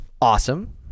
awesome